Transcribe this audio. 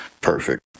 Perfect